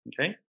Okay